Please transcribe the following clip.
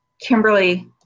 Kimberly